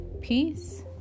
Peace